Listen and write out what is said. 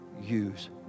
use